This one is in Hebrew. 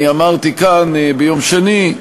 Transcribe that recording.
אני אמרתי כאן ביום שני,